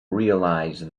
realise